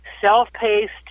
self-paced